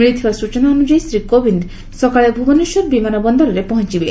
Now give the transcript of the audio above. ମିଳିଥିବା ସୂଚନା ଅନୁଯାୟୀ ଶ୍ରୀ କୋବିଦ ସକାଳେ ଭୁବନେଶ୍ୱର ବିମାନ ବନ୍ଦରରେ ପହଞ୍ ବେ